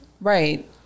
right